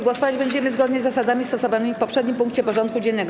Głosować będziemy zgodnie z zasadami stosowanymi w poprzednim punkcie porządku dziennego.